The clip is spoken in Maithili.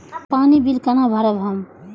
पानी बील केना भरब हम?